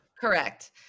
Correct